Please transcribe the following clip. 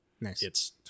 Nice